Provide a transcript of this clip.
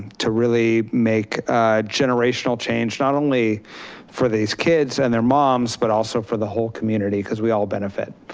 to really make generational change not only for these kids and their moms but also for the whole community because we all benefit